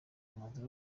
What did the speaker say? umwanzuro